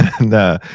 No